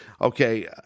okay